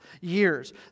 years